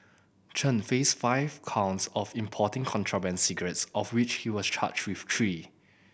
Chen faced five counts of importing contraband cigarettes of which he was charged with three